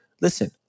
Listen